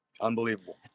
Unbelievable